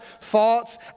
thoughts